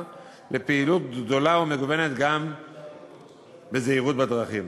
לפעילות גדולה ומגוונת גם בזהירות בדרכים.